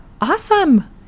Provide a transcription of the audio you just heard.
awesome